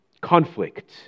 conflict